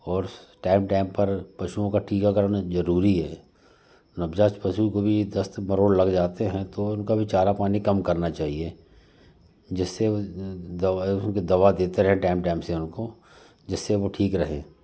और time time पर पशुओं का टीकाकरण जरूरी हैं नवजात पशु को भी दस्त मरोड़ लग जाते हैं तो उनका भी चारा पानी कम करना चाहिए जिससे दवा देता रहे टाइम टाइम से उनको जिससे वो ठीक रहें